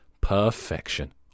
Perfection